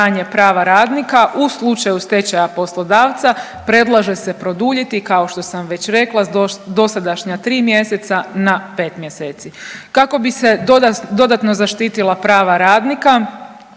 prava radnika u slučaju stečaja poslodavca predlaže se produljiti kao što sam već rekla s dosadašnja 3 mjeseca na 5 mjeseci. Kako bi se dodatno zaštitila prava radnika